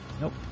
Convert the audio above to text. nope